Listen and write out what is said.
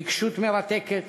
עיקשות מרתקת